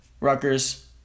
Rutgers